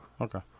okay